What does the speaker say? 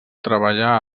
treballar